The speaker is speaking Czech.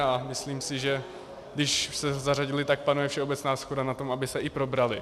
A myslím si, že když se zařadily, tak panuje všeobecná shoda na tom, aby se i probraly.